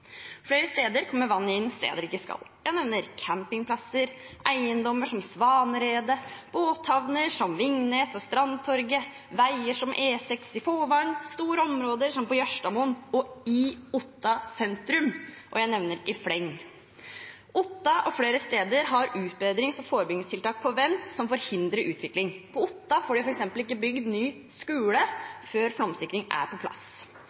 Flere steder kommer vann inn der det ikke skal. Jeg nevner campingplasser, eiendommer som Svaneredet, båthavner som Vingnes og Strandtorget, veier som E6 i Fåvang, store områder som på Jørstadmoen og i Otta sentrum – jeg nevner i fleng. Otta og flere steder har utbedrings- og forebyggingstiltak på vent som forhindrer utvikling. På Otta får de f.eks. ikke bygd ny skole før flomsikring er på plass.